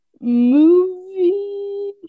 movie